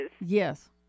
yes